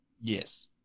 Yes